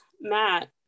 Matt